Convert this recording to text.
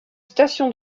station